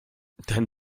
dann